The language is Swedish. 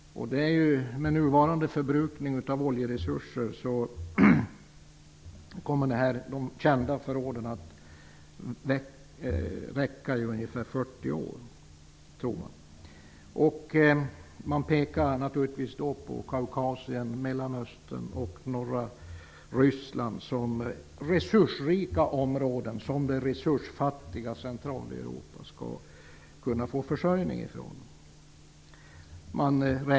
Med nuvarande förbrukning av oljeresurser kommer de kända förråden att räcka i ungefär 40 år, tror man. Naturligtvis pekar man då på Kaukasien, Mellanöstern och norra Ryssland som resursrika områden som det resursfattiga Centraleuropa skall kunna få försörjning från.